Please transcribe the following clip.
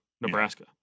Nebraska